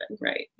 right